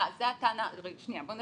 בוא נחדד.